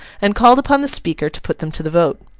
and called upon the speaker to put them to the vote.